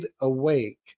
awake